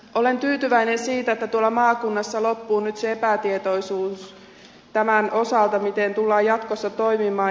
olen tyytyväinen siitä että tuolla maakunnassa loppuu nyt se epätietoisuus tämän osalta miten tullaan jatkossa toimimaan